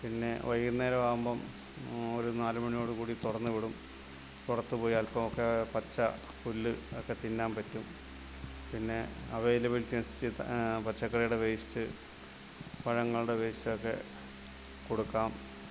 പിന്നെ വൈകുന്നേരം ആകുമ്പം ഒരു നാലുമണിയോടുകൂടി തുറന്നുവിടും പുറത്തുപോയി അൽപ്പമൊക്കെ പച്ചപ്പുല്ല് ഒക്കെ തിന്നാൻ പറ്റും പിന്നെ അവൈലബിളിറ്റി അനുസരിച്ച് പച്ചക്കറിയുടെ വേസ്റ്റ് പഴങ്ങളുടെ വേസ്റ്റൊക്കെ കൊടുക്കാം